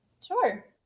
Sure